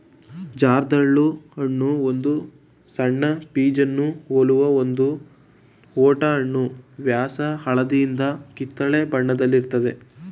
ಜರ್ದಾಳು ಹಣ್ಣು ಒಂದು ಸಣ್ಣ ಪೀಚನ್ನು ಹೋಲುವ ಒಂದು ಓಟೆಹಣ್ಣು ವ್ಯಾಸ ಹಳದಿಯಿಂದ ಕಿತ್ತಳೆ ಬಣ್ಣದಲ್ಲಿರ್ತದೆ